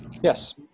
Yes